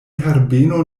herbeno